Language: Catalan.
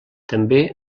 també